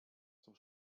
zum